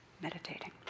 meditating